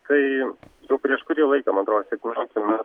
tai jau prieš kurį laiką man atrodo šį klausimą